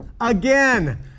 again